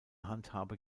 handhabe